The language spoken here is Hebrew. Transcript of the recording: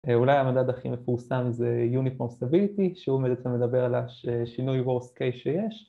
‫אולי המדד הכי מפורסם זה Uniform Stability, ‫שהוא בעצם מדבר על שינוי הורס קיי שיש.